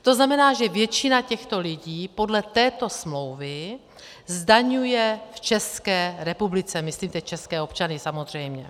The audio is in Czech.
To znamená, že většina těchto lidí podle této smlouvy zdaňuje v České republice, myslím teď české občany samozřejmě.